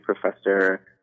professor